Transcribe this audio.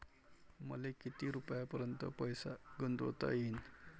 मले किती रुपयापर्यंत पैसा गुंतवता येईन?